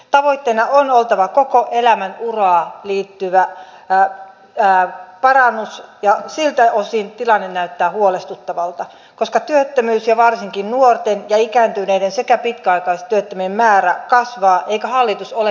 tavoitteena on oltava koko elämän uraan liittyvä parannus ja siltä osin tilanne näyttää huolestuttavalta koska työttömyys ja varsinkin nuorten ja ikääntyneiden sekä pitkäaikaistyöttömien määrä kasvaa eikä hallitus ole puuttunut tähän